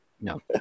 No